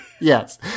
Yes